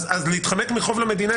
אז להתחמק מחוב למדינה,